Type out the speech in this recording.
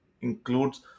includes